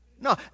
No